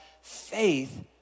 faith